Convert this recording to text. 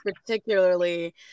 particularly